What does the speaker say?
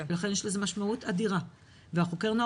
ולכן יש לזה משמעות אדירה וחוקר הנוער